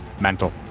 mental